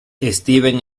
steven